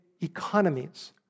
economies